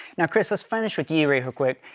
now chris, let's finish with you real, real quick.